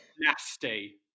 Nasty